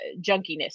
junkiness